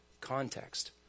context